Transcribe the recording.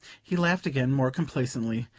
he laughed again, more complacently.